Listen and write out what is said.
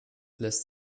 lässt